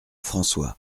françois